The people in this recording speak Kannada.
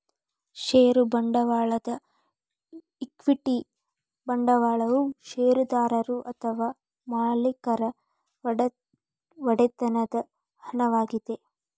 ಷೇರು ಬಂಡವಾಳದ ಈಕ್ವಿಟಿ ಬಂಡವಾಳವು ಷೇರುದಾರರು ಅಥವಾ ಮಾಲೇಕರ ಒಡೆತನದ ಹಣವಾಗಿದೆ